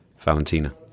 Valentina